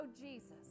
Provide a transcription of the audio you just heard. jesus